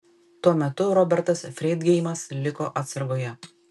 tuo metu robertas freidgeimas liko atsargoje